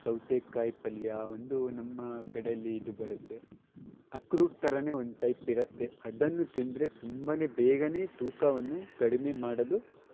ಸೌತೆಕಾಯಿ ಪಲ್ಯ ಒಂದು ನಮ್ಮ ಕಡೆಯಲ್ಲಿ ಇದು ಬರುತ್ತೆ ಅಕ್ರೋಟ್ ಥರನೇ ಒಂದು ಟೈಪ್ ಇರುತ್ತೆ ಅದನ್ನು ತಿಂದರೆ ತುಂಬ ಬೇಗ ತೂಕವನ್ನು ಕಡಿಮೆ ಮಾಡಲು